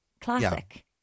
classic